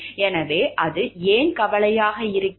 எனவே அது ஏன் கவலையாக இருக்கிறது